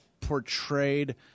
portrayed